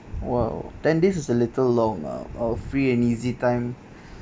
!wow! ten days is a little long ah of free and easy time